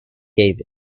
gave